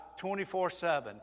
24-7